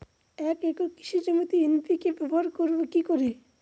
এক একর কৃষি জমিতে এন.পি.কে ব্যবহার করব কি করে?